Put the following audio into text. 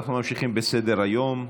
אנחנו ממשיכים בסדר-היום.